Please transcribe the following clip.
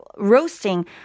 roasting